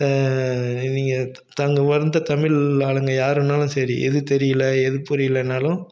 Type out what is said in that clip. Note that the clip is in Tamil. நீங்கள் தங்க வந்த தமிழ் ஆளுங்க யாருன்னாலும் சரி எது தெரியிலை எது புரியிலைன்னாலும்